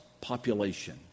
population